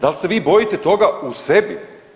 Da li se vi bojite toga u sebi?